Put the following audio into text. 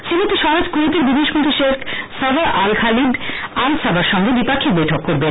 শ্রীমতি স্বরাজ কুয়েতের বিদেশমন্ত্রী Sheikh Sabah Al Khalid Al সাবাহর সঙ্গে দ্বি পাঞ্চিক বৈঠক করবেন